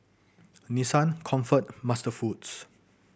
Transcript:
Nissan Comfort MasterFoods